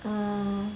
err